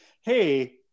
hey